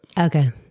Okay